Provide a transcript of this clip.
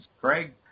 Craig